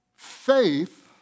Faith